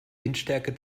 windstärke